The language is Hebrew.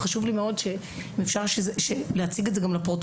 ומאוד חשוב לי אם אפשר להציג את זה גם לפרוטוקול,